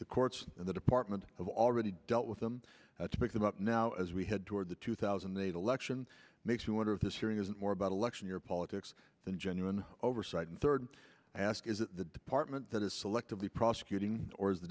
the courts and the department of already dealt with them that's picking up now as we head toward the two thousand and eight election makes you wonder if this hearing is more about election year politics than genuine oversight and third ask is it the department that is selectively prosecuting or is the